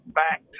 back